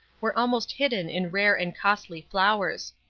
were almost hidden in rare and costly flowers.